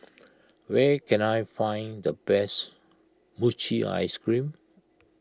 where can I find the best Mochi Ice Cream